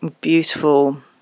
beautiful